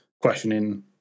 Questioning